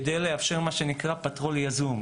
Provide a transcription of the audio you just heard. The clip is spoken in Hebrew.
כדי לאפשר מה שנקרא "פטרול יזום",